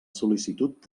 sol·licitud